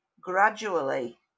gradually